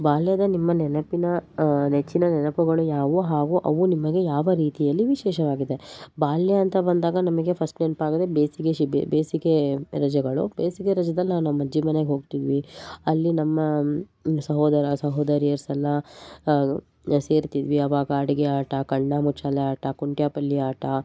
ಬಾಲ್ಯದ ನಿಮ್ಮ ನೆನಪಿನ ನೆಚ್ಚಿನ ನೆನಪುಗಳು ಯಾವುವು ಹಾಗು ಅವು ನಿಮಗೆ ಯಾವ ರೀತಿಯಲ್ಲಿ ವಿಶೇಷವಾಗಿದೆ ಬಾಲ್ಯ ಅಂತ ಬಂದಾಗ ನಮಗೆ ಫಸ್ಟ್ ನೆನಪಾಗೋದೆ ಬೇಸಿಗೆ ಶಿಬಿ ಬೇಸಿಗೆ ರಜೆಗಳು ಬೇಸಿಗೆ ರಜೆದಲ್ಲಿ ನಾವು ನಮ್ಮ ಅಜ್ಜಿ ಮನೆಗೆ ಹೋಗ್ತಿವಿ ಅಲ್ಲಿ ನಮ್ಮ ಸಹೋದರ ಸಹೋದರಿಯರು ಎಲ್ಲ ಸೇರ್ತಿದ್ವಿ ಆವಾಗ ಅಡುಗೆ ಆಟ ಕಣ್ಣಾಮುಚ್ಚಾಲೆ ಆಟ ಕುಂಟೆ ಬಿಲ್ಲೆ ಆಟ